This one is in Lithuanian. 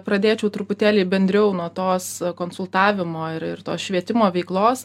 pradėčiau truputėlį bendriau nuo tos konsultavimo ir ir tos švietimo veiklos